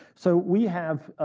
so we have,